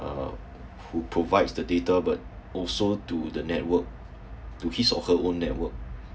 uh who provides the data but also to the network to his or her own network